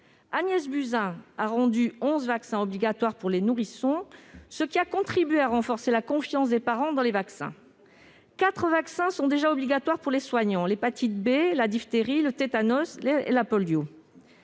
Agnès Buzyn a rendu onze vaccins obligatoires pour les nourrissons, ce qui a contribué à renforcer la confiance des parents dans les vaccins. Quatre vaccins sont déjà obligatoires pour les soignants : l'hépatite B, la diphtérie, le tétanos et la